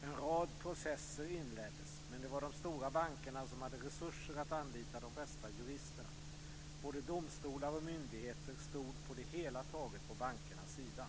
En rad processer inleddes, men det var de stora bankerna som hade resurser att anlita de bästa juristerna. Både domstolar och myndigheter stod på det hela taget på bankernas sida.